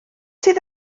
sydd